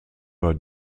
war